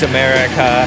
America